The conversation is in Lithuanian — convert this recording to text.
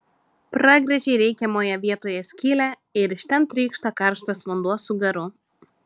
pragręžei reikiamoje vietoje skylę ir iš ten trykšta karštas vanduo su garu